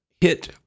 hit